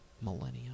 Millennium